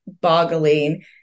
boggling